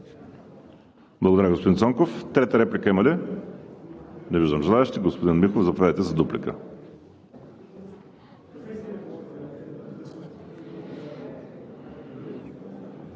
Благодаря, господин Цонков. Трета реплика има ли? Не виждам желаещи. Господин Михов, заповядайте за дуплика.